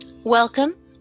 Welcome